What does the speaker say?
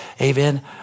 Amen